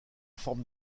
forme